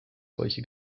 solche